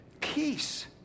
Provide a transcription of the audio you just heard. peace